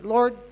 Lord